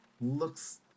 looks